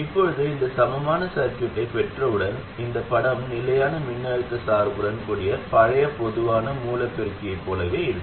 இப்போது இந்தச் சமமான சர்க்யூட்டைப் பெற்றவுடன் இந்தப் படம் நிலையான மின்னழுத்த சார்புடன் கூடிய நமது பழைய பொதுவான மூல பெருக்கியைப் போலவே இருக்கும்